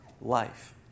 life